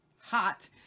hot